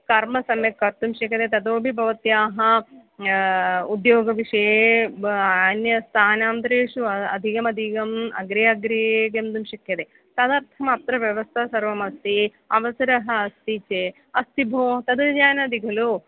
कर्मं सम्यक् कर्तुं शक्यते तथापि भवत्याः उद्योगविषये ब अन्यस्थानान्तरेषु अधिकाधिकम् अग्रे अग्रे गन्तुं शक्यते तदर्थम् अत्र व्यवस्था सर्वमस्ति अवसरः अस्ति चेत् अस्ति भो तद् जानाति खलु